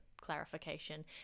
clarification